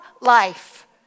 life